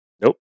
Nope